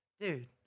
dude